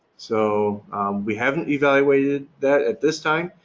so we haven't evaluated that at this time,